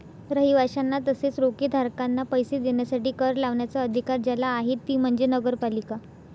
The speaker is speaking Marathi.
रहिवाशांना तसेच रोखेधारकांना पैसे देण्यासाठी कर लावण्याचा अधिकार ज्याला आहे ती म्हणजे नगरपालिका